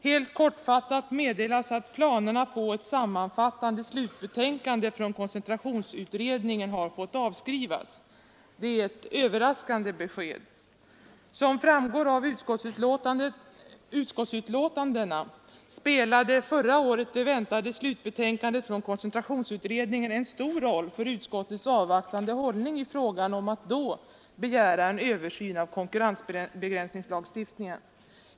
Helt kortfattat meddelas att planerna på ett sammanfattande slutbetänkande från koncentrationsutredningen har fått avskrivas. Det är ett överraskande besked. Som framgår av utskottsbetänkandena spelade förra året det väntade slutbetänkandet från koncentrationsutredningen en stor roll för utskottets avvaktande hållning i frågan om att då begära en översyn av konkurrensbegränsningslagstiftningen.